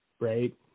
Right